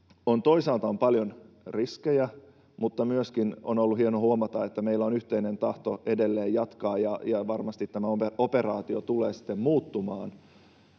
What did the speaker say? toisaalta on paljon riskejä, mutta myöskin on ollut hienoa huomata, että meillä on yhteinen tahto edelleen jatkaa, ja varmasti tämä operaatio tulee sitten muuttumaan.